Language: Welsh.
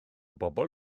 bobl